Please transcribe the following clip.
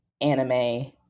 anime